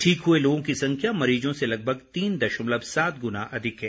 ठीक हुए लोगों की संख्या मरीजों से लगभग तीन दशमलव सात गुना अधिक है